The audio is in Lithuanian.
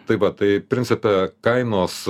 tai va tai principe kainos